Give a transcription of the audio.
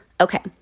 Okay